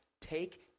Take